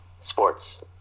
sports